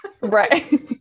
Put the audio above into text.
Right